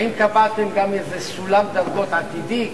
האם קבעתם גם איזה סולם דרגות עתידי?